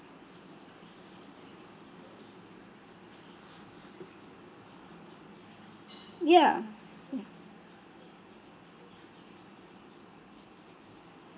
ya